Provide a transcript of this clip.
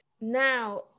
Now